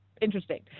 interesting